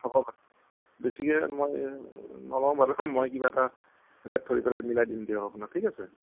হ'ব বাৰু বেছিকৈ মই নলওঁ বাৰু মই কিবা এটা ৰে'ট ধৰি পেলাই মিলাই দিম দিয়ক আপোনাক ঠিক আছে